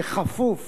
כפוף